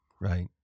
Right